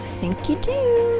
you do i